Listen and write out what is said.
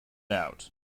out